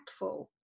impactful